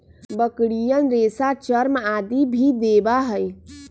बकरियन रेशा, चर्म आदि भी देवा हई